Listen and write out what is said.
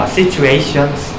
situations